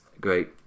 great